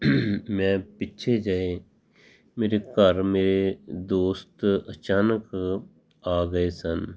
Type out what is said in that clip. ਮੈਂ ਪਿੱਛੇ ਜਿਹੇ ਮੇਰੇ ਘਰ ਮੇ ਦੋਸਤ ਅਚਾਨਕ ਆ ਗਏ ਸਨ